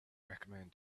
recommend